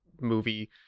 movie